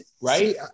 right